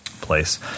place